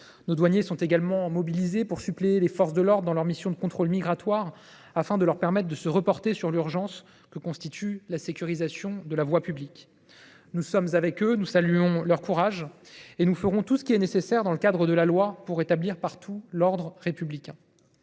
Nos douaniers sont également mobilisés pour suppléer les forces de l’ordre dans leurs missions de contrôle migratoire, afin de leur permettre de se reporter sur l’urgence que constitue la sécurisation de la voie publique. Nous sommes avec eux, nous saluons leur courage et nous ferons tout ce qui est nécessaire, dans le cadre de la loi, pour rétablir partout l’ordre républicain.